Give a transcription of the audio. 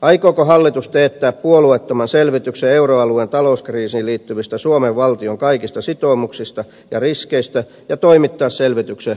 aikooko hallitus teettää puolueettoman selvityksen euroalueen talouskriisiin liittyvistä suomen valtion kaikista sitoumuksista ja riskeistä ja toimittaa selvityksen eduskunnan käyttöön